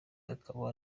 akaba